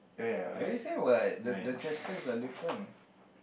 I already say what the the trash cans are different